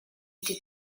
été